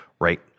right